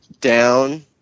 down